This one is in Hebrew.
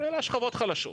זה השכבות החלשות.